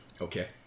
Okay